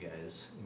guys